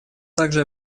также